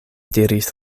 diris